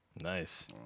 Nice